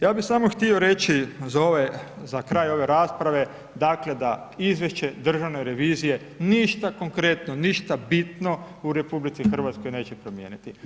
Ja bi samo htio reći za kraj ove rasprave, da izvješće Državne revizije, ništa konkretno, ništa bitno u RH, neće promijeniti.